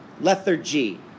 lethargy